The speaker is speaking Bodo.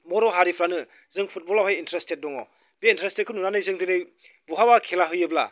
बर' हारिफ्रानो जों फुटबलावहाय इन्टारेस्टेट दङ बे इन्टारेस्टेटखौ नुनानै जों दिनै बहाब्ला खेला होयोब्ला